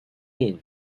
mean